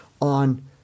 on